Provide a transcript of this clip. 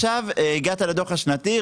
הגעת לדוח השנתי,